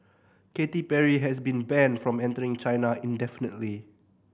Katy Perry has been banned from entering China indefinitely